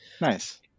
nice